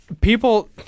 People